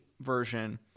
version